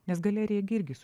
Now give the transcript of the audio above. nes galerija gi irgi